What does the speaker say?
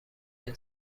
این